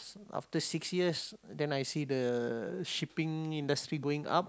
after six years then I see the shipping industry going up